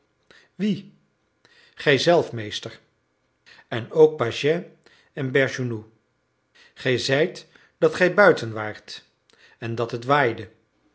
gij zelf meester en ook pagès en bergounhoux gij zeidet dat gij buiten waart en dat het waaide